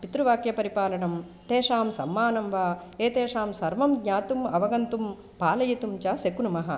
पितृवाक्यपरिपालनं तेषां सम्मानं वा एतेषां सर्वं ज्ञातुम् अवगन्तुं पालयितुं च शक्नुमः